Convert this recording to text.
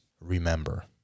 remember